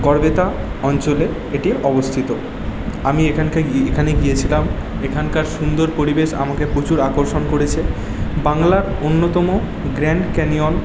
গড়বেতা অঞ্চলে এটি অবস্থিত আমি এখানকে গি এখানে গিয়েছিলাম এখানকার সুন্দর পরিবেশ আমাকে প্রচুর আকর্ষণ করেছে বাংলার অন্যতম গ্র্যান্ড ক্যানিয়ন